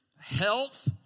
health